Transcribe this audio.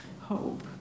hope